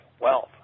wealth